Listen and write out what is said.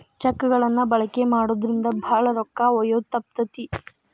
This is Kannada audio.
ಚೆಕ್ ಗಳನ್ನ ಬಳಕೆ ಮಾಡೋದ್ರಿಂದ ಭಾಳ ರೊಕ್ಕ ಒಯ್ಯೋದ ತಪ್ತತಿ